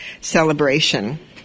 celebration